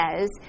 says